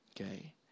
okay